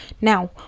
Now